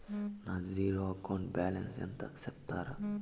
నా zero account balance ఎంతో సెప్తారా?